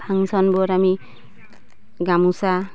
ফাংচনবোৰত আমি গামোচা